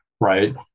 Right